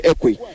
Equi